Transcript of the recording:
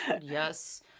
Yes